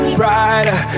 brighter